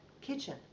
kitchen